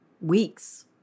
weeks